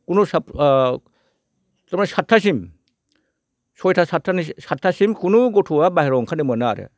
कुनु साब तारमाने साततासिम सयता साततासिम कुनु गथ'आ बाहेराव ओंखारनो मोना आरो